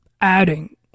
adding